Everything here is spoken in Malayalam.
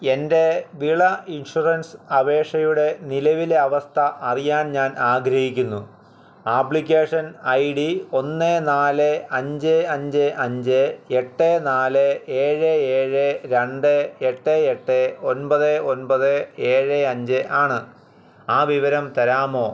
എൻ്റെ വിള ഇൻഷുറൻസ് അപേക്ഷയുടെ നിലവിലെ അവസ്ഥ അറിയാൻ ഞാൻ ആഗ്രഹിക്കുന്നു ആപ്ലിക്കേഷൻ ഐ ഡി ഒന്ന് നാല് അഞ്ച് അഞ്ച് അഞ്ച് എട്ട് നാല് ഏഴ് ഏഴ് രണ്ട് എട്ട് എട്ട് ഒൻപത് ഒൻപത് ഏഴ് അഞ്ച് ആണ് ആ വിവരം തരാമോ